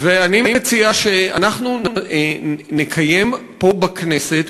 ואני מציע שאנחנו נקיים פה בכנסת,